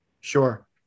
Sure